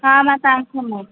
हा मां तव्हां खे मोक